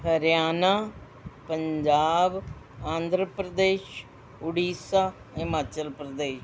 Haryana Punjab Andhra Pradesh Orissa Himachal Pradesh